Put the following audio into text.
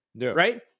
Right